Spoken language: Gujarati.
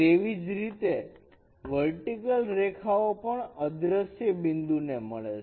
તેવી જ રીતે વર્ટિકલ રેખાઓ પણ અદ્રશ્ય બિંદુ ને મળે છે